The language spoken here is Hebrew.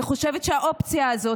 אני חושבת שהאופציה הזאת,